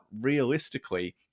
realistically